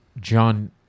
john